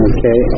Okay